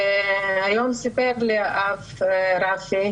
והיום סיפר לי האב רפי,